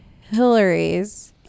hillary's